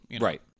Right